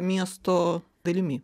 miesto dalimi